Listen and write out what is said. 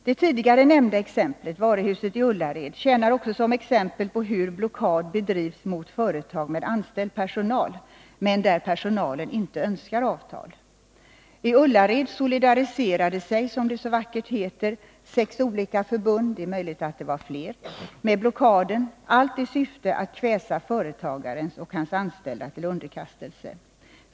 Det tidigare nämnda exemplet, varuhuset i Ullared, tjänar som exempel på hur blockad bedrivs mot företag med anställd personal, men där personlen inte önskar avtal. I Ullared solidariserade sig, som det så vackert heter, sex olika förbund — möjligen fler — med blockaden, allt i syfte att kväsa företagaren och hans anställda till underkastelse.